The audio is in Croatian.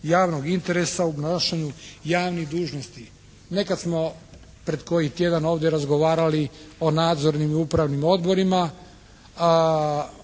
javnog interesa u obnašanju javnih dužnosti. Nekad smo pred koji tjedan ovdje razgovarali o nadzornim i upravnim odborima,